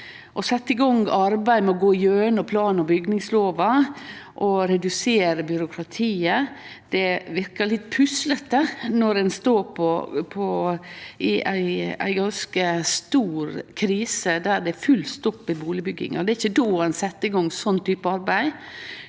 Å setje i gang arbeid med å gå gjennom plan- og bygningslova og redusere byråkratiet verkar litt puslete når ein står i ei ganske stor krise der det er full stopp i bustadbygginga. Det er ikkje då ein set i gang ein sånn type arbeid.